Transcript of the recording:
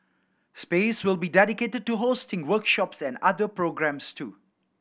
space will be dedicated to hosting workshops and other programmes too